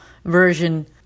version